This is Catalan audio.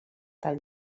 tall